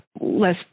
less